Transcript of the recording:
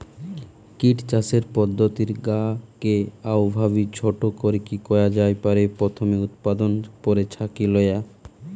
kit চাষের পদ্ধতির গা কে অউভাবি ছোট করিকি কয়া জাই পারে, প্রথমে উতপাদন, পরে ছাকি লয়া